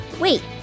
Wait